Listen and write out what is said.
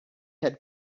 had